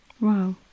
Wow